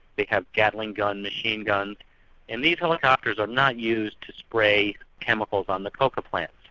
they have gatling gun machine guns and these helicopters are not used to spray chemicals on the coca plants.